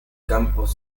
campos